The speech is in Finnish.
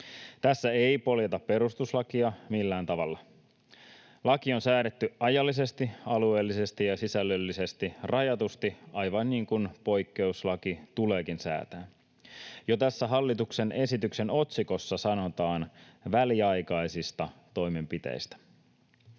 Tässä ei poljeta perustuslakia millään tavalla. Laki on säädetty ajallisesti, alueellisesti ja sisällöllisesti rajatusti, aivan niin kuin poikkeuslaki tuleekin säätää. Jo tässä hallituksen esityksen otsikossa sanotaan ”väliaikaisista toimenpiteistä”.